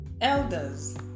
elders